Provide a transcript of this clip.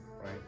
right